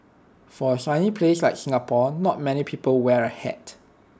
for A sunny place like Singapore not many people wear A hat